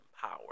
power